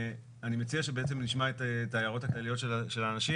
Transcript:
אני מציע שנשמע את ההערות הכלליות של האנשים